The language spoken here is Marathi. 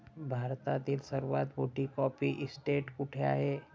भारतातील सर्वात मोठी कॉफी इस्टेट कुठे आहे?